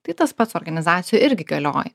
tai tas pats organizacijoj irgi galioja